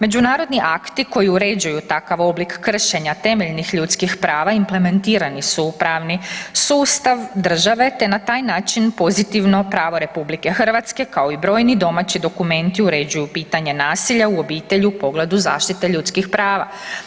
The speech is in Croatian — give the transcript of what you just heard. Međunarodni akti koji uređuju takav oblik kršenja temeljnih ljudskih prava implementirani su u pravni sustav države te na taj način pozitivno pravo RH, kao i brojni domaći dokumenti uređuju pitanje nasilja u obitelji u pogledu zaštite ljudskih prava.